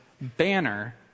banner